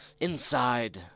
Inside